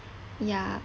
ya